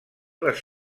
les